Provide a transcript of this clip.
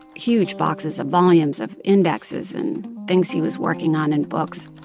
huge boxes, of volumes of indexes and things he was working on and books